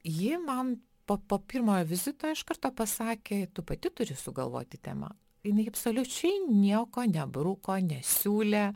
ji man po po pirmojo vizito iš karto pasakė tu pati turi sugalvoti temą jinai absoliučiai nieko nebruko nesiūlė